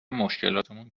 مشکلاتمون